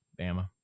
Bama